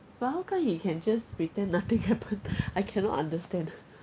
but how come he can just pretend nothing happened I cannot understand